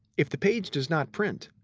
if the page does not print,